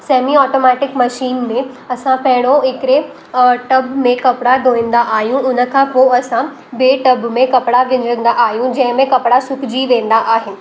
Sami automatic machine में असां पहिरयों हिकिड़े टब में कपिड़ा धोईंदा आहियूं हुन खां पोइ असां ॿिए टब में कपिड़ा विंझंदा आहियूं जंहिं में कपिड़ा सुखिजी वेंदा आहिनि